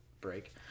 break